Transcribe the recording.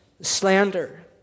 slander